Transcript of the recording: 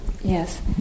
Yes